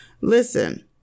Listen